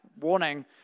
warning